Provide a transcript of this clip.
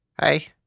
Hey